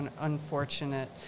unfortunate